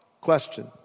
Question